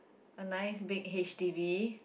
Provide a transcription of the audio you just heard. a nice big H_D_B